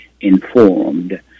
informed